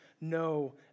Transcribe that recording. no